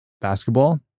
basketball